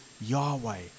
Yahweh